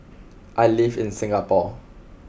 I live in Singapore